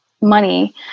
money